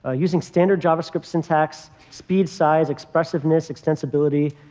ah using standard javascript syntax, speed size, expressiveness, extensibility.